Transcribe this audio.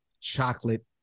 chocolate